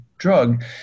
drug